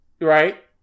right